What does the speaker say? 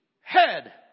head